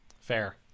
fair